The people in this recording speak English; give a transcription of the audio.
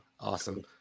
awesome